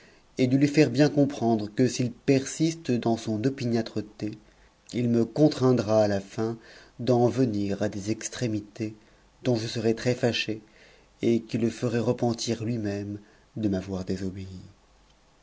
et de lui faire bien comprendre que s'il persiste d s son opiniâtreté il me contraindra à la fin d'en venir à des exu'c'c dont je serais très iaché et qui le feraient repentir lui-même de ut o désobéi